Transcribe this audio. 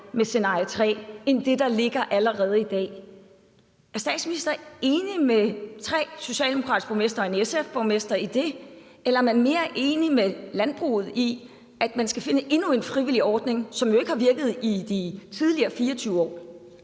med scenarie tre end det, der ligger allerede i dag. Er statsministeren enig med tre socialdemokratiske borgmestre og en SF-borgmester i det, eller er man mere enig med landbruget i, at man skal finde endnu en frivillig ordning, som jo ikke har virket i de tidligere 24 år?